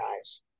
guys